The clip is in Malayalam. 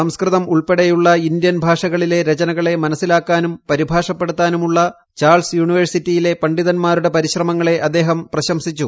സംസ്കൃത് ഉൾപ്പെടെയുള്ള ഇന്ത്യൻ ഭാഷകളിലെ രചനകളെ മനസ്സിലാക്കാന്മൂർ പ്പതിഭാഷപ്പെടുത്താനുമുള്ള ചാൾസ് യൂണിവേഴ്സിറ്റിയിലെ ഫ്ണ്ഡിത്ന്മാരുടെ ് പരിശ്രമങ്ങളെ അദ്ദേഹം പ്രശംസിച്ചു